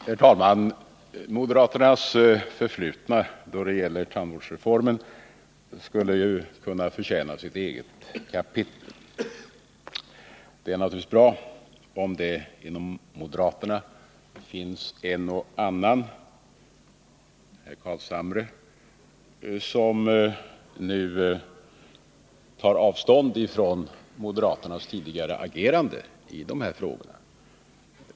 Herr talman! Moderaternas förflutna då det gäller tandvårdsreformen skulle ju förtjäna sitt eget kapitel. Det är naturligtvis bra om det bland moderaterna finns en och annan — herr Carlshamre — som nu tar avstånd från moderaternas tidigare agerande i dessa frågor.